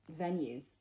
venues